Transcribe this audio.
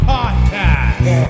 Podcast